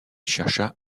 chercha